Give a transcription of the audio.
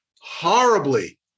horribly